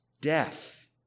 death